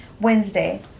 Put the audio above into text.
Wednesday